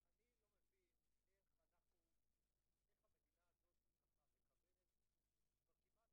אני לא מבין איך המדינה הזאת מקבלת כבר כמעט